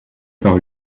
par